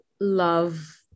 love